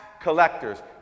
collectors